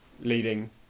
leading